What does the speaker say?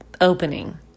opening